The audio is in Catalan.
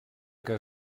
que